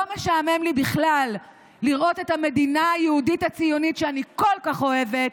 לא משעמם לי בכלל לראות את המדינה היהודית הציונית שאני כל כך אוהבת